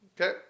Okay